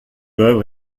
œuvre